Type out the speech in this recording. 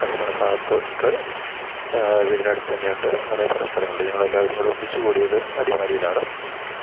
കട്ടപ്പന ഭാഗത്ത് ഉണ്ട് വീടിനടുത്ത് തന്നെയുണ്ട് അങ്ങനെ പല സലങ്ങളിൽ ഞങ്ങളെല്ലാവരും കൂടെ ഒന്നിച്ച് കൂടിയത് അടിമാലിയിലാണ്